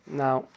now